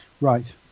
Right